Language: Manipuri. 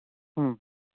ꯎꯝ